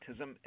autism